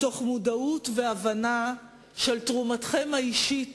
מתוך הבנה של תרומתכם האישית